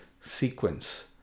sequence